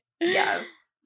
Yes